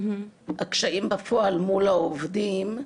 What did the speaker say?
הקשיים בפועל מול העובדים,